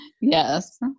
Yes